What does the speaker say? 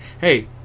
Hey